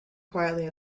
quietly